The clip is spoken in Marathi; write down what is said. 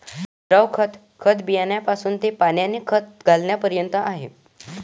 द्रव खत, खत बियाण्यापासून ते पाण्याने खत घालण्यापर्यंत आहे